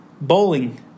Bowling